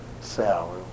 salary